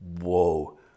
whoa